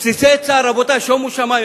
בסיסי צה"ל, רבותי, שומו שמים.